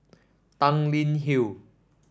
Tanglin Hill